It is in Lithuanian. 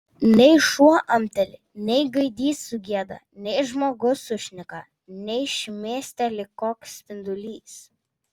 nei šuo amteli nei gaidys sugieda nei žmogus sušneka nei šmėsteli koks spindulys